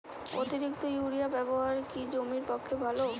অতিরিক্ত ইউরিয়া ব্যবহার কি জমির পক্ষে ভালো?